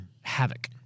havoc